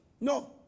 No